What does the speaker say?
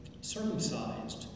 circumcised